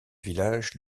village